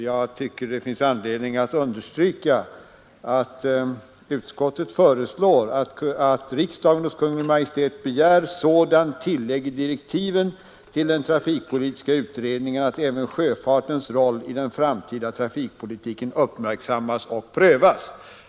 Jag tycker att det finns anledning att understryka att utskottet föreslår att riksdagen hos Kungl. Maj:t begär sådant tillägg i direktiven till den trafikpolitiska utredningen att även sjöfartens roll i den framtida trafikpolitiken uppmärksammas och prövas.